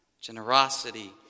generosity